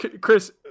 Chris